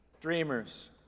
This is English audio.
Dreamers